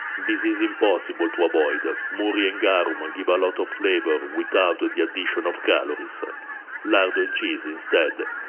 this is impossible to avoid ah murri and garum and give a lot of flavor without the addition of calories so lardo and cheese, instead,